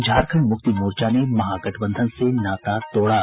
झारखंड मुक्ति मोर्चा ने महागठबंधन से नाता तोड़ा